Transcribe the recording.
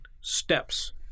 steps